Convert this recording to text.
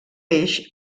eix